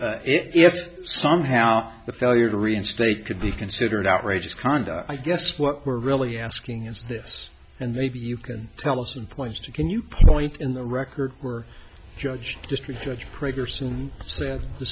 was if somehow the failure to reinstate could be considered outrageous conduct i guess what we're really asking is this and they be you can tell us and points to can you point in the record were judged district judge prager soon said the